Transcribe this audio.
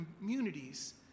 communities